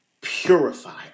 purifier